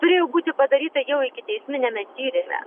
turėjo būti padaryta jau ikiteisminiame tyrime